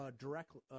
directly